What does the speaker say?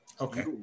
Okay